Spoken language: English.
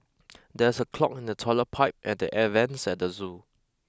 there is a clog in the toilet pipe and the air vents at the zoo